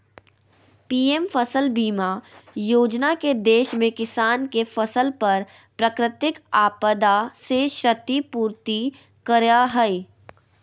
PM फसल बीमा योजना के देश में किसान के फसल पर प्राकृतिक आपदा से क्षति पूर्ति करय हई